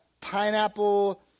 Pineapple